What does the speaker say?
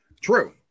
True